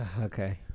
okay